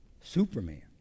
Superman